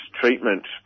treatment